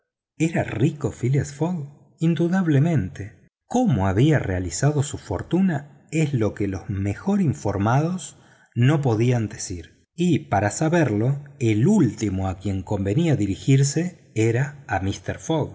era rico phileas fogg indudablemente cómo había realizado su fortuna es lo que los mejor informados no podían decir y para saberlo el último a quien convenía dirigirse era míster fogg